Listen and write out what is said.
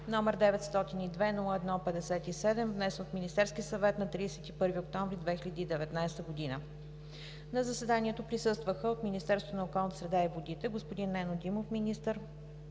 г., № 902-01-57, внесен от Министерския съвет на 31 октомври 2019 г. На заседанието присъстваха от Министерството на околната среда и водите: господин Нено Димов – министър,